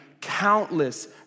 countless